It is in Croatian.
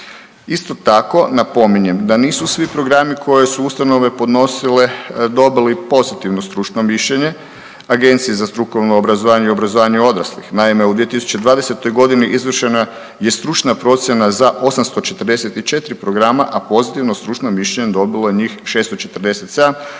Isto tako, napominjem da nisu svi programi koje su ustanove podnosile dobili pozitivno stručno mišljenje Agencije za strukovno obrazovanje i obrazovanje odraslih. Naime, u 2020. g. izvršeno je stručna procjena za 844 programa, a pozitivna stručna mišljenja dobilo je njih 647, dakle